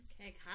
Okay